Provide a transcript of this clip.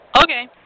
Okay